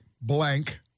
blank